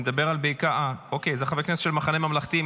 אלה חברי כנסת של המחנה מהמלכתי,